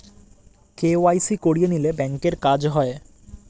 KYC করিয়ে নিলে ব্যাঙ্কের কাজ হয়